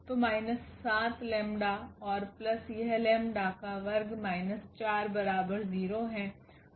तो minus 7 lambda 𝜆 और plus यह लेम्डा 𝜆 का वर्ग माइनस 4 बराबर 0 हैं